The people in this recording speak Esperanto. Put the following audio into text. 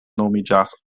nomiĝas